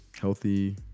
healthy